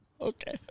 Okay